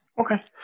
Okay